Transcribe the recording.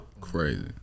Crazy